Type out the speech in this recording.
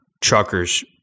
truckers